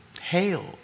Hail